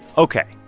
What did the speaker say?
ok.